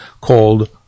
called